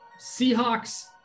Seahawks